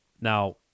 now